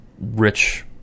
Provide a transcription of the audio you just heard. Rich